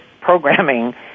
programming